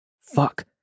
Fuck